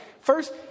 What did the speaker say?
First